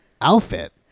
outfit